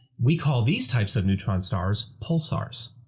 we call these types of neutron stars pulsars.